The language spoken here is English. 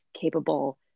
capable